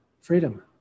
freedom